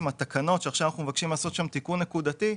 התקנות שעכשיו אנחנו מבקשים לעשות שם תיקון נקודתי,